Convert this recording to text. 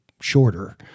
shorter